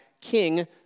King